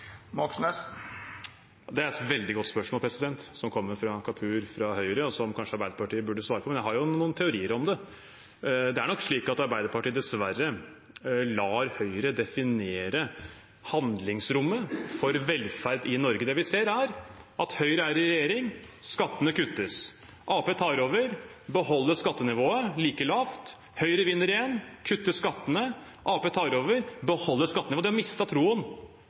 Det er et veldig godt spørsmål som kommer fra representanten Kapur fra Høyre, og som kanskje Arbeiderpartiet burde svare på, men jeg har noen teorier om det. Det er nok slik at Arbeiderpartiet dessverre lar Høyre definere handlingsrommet for velferd i Norge. Det vi ser, er at når Høyre er i regjering, kuttes skattene. Arbeiderpartiet tar over og holder skattenivået like lavt. Høyre vinner valget igjen og kutter skattene. Arbeiderpartiet tar over igjen og beholder skattenivået. De har mistet troen